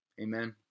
Amen